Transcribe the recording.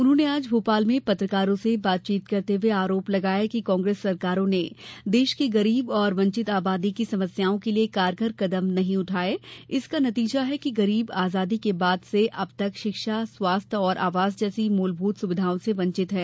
उन्होंने आज भोपाल में पत्रकारों से बातचीत करते हुए आरोप लगाया कि कांग्रेस सरकारों ने देश की गरीब और वंचित आबादी की समस्याओं के लिये कारगर कदम नहीं उठाये इसी का नतीजा है कि गरीब आजादी के बाद से अब तक शिक्षा स्वास्थ्य और आवास जैसी मूलभूत सुविधाओं से वंचित हैं